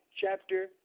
chapter